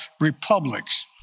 republics